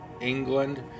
England